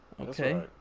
okay